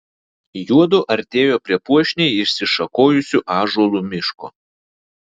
juodu artėjo prie puošniai išsišakojusių ąžuolų miško